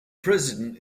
president